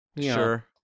Sure